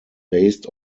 based